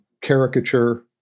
caricature